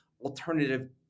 alternative